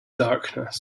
darkness